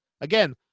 again